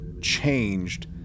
changed